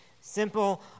Simple